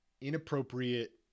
inappropriate